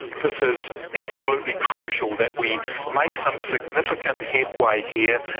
this is absolutely crucial that we make some significant headway here,